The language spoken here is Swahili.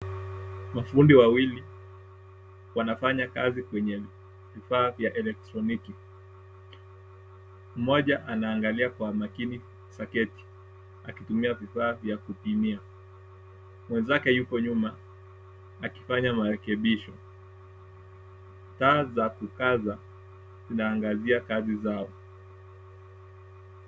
Mafundi wawili wanafanya kazi kwenye vifaa vya elektroniki, mmoja anaangalia kwa umakini soketi akitumia vifaa vya kupimia. Mwenzake yupo nyuma akifanya marekebisho. Taa za kukaza zinaangazia kazi zao.